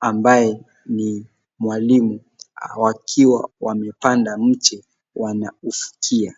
ambaye ni mwalimu, wakiwa wamepanda mche wanamshikia.